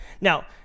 Now